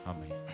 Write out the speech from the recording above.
Amen